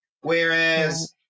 Whereas